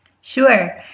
Sure